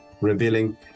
revealing